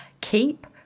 Keep